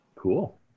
Cool